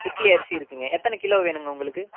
இட்லி அரிசி இருக்குங்க எத்தனை கிலோ வேணுங்க உங்களுக்கு